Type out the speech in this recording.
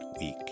week